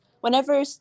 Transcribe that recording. whenever